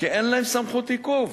כי אין להם סמכות עיכוב.